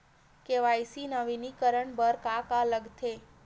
KYC नवीनीकरण बर का का लगथे?